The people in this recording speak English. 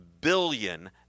billion